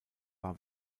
war